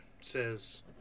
says